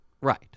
Right